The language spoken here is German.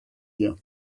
hier